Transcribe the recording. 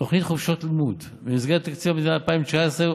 תוכנית "חופשות הלימוד" במסגרת תקציב המדינה לשנת 2019,